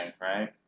right